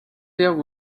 filled